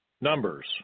Numbers